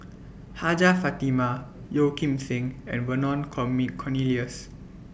Hajjah Fatimah Yeo Kim Seng and Vernon call Me Cornelius